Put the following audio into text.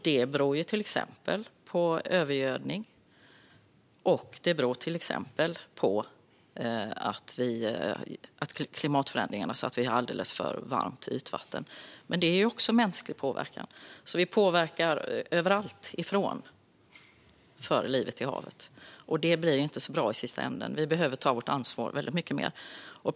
Det beror bland annat på övergödning och på klimatförändringarna, så att ytvattnet har blivit alldeles för varmt. Men det är också mänsklig påverkan. Överallt påverkar vi livet i havet. Det blir inte så bra i slutänden. Vi behöver ta mycket mer ansvar.